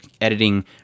editing